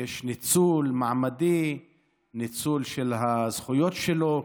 שיש ניצול מעמדי של הזכויות שלו,